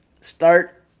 start